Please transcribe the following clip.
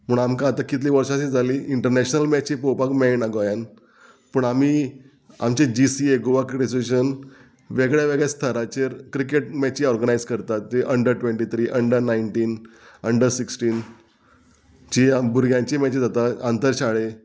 पूण आमकां आतां कितली वर्सांची जाली इंटरनॅशनल मॅची पोवपाक मेयणा गोंयान पूण आमी आमचे G C A Goa cricket association वेगळ्यावेगळ्या स्थराचेर क्रिकेट मॅची ऑर्गनायज करतात जी under twenty three under nineteen under sixteen जी भुरग्यांची मॅची जाता आंतरशाळे